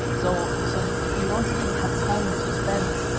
so so you don't really have time to spend